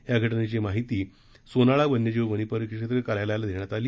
या घाजेची माहिती सोनाळा वन्यजिव वनपरिक्षेत्र कार्यालयाला देण्यात आली